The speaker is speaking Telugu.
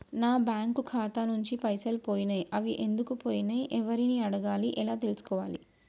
నా బ్యాంకు ఖాతా నుంచి పైసలు పోయినయ్ అవి ఎందుకు పోయినయ్ ఎవరిని అడగాలి ఎలా తెలుసుకోవాలి?